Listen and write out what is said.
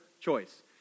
choice